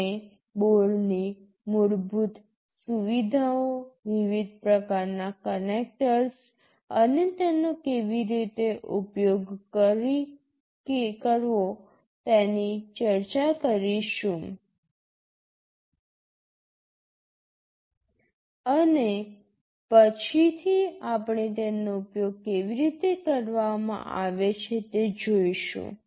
આપણે બોર્ડની મૂળભૂત સુવિધાઓ વિવિધ પ્રકારનાં કનેક્ટર્સ અને તેનો કેવી રીતે ઉપયોગ કરવો તેની ચર્ચા કરીશું અને પછીથી આપણે તેનો ઉપયોગ કેવી રીતે કરવામાં આવે છે તે જોઈશું